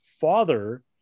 father